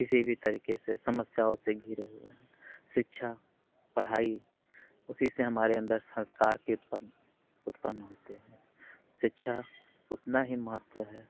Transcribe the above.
किसी भी तरीके से समस्याओं से घिरे हुए हैं शिक्षा पढ़ाई उसी से हमारे अंदर संस्कार के उत्पन्न उत्पन्न होते हैं शिक्षा उतना ही महत्त्व है